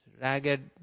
ragged